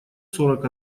сорок